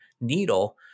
needle